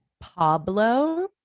pablo